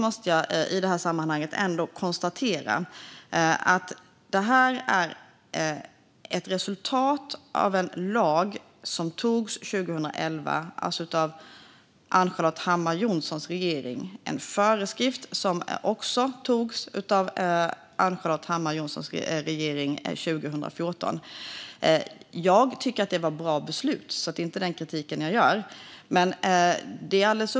Låt mig dock konstatera att det här är ett resultat av en lag som antogs 2011 och en föreskrift från 2014, alltså under Ann-Charlotte Hammar Johnssons regering. Jag tycker att det var bra beslut, så jag kritiserar inte dem.